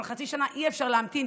אבל חצי שנה אי-אפשר להמתין,